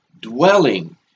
dwelling